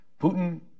Putin